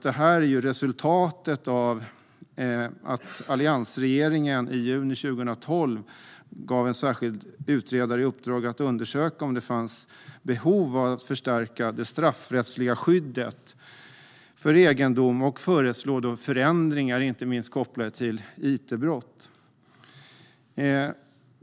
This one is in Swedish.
Detta är ett resultat av att alliansregeringen i juni 2012 gav en särskild utredare i uppdrag att undersöka om det fanns behov av att förstärka det straffrättsliga skyddet för egendom och föreslå förändringar som inte minst skulle vara kopplade till it-brott.